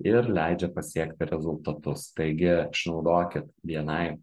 ir leidžia pasiekti rezultatus taigi išnaudokit bni